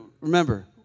remember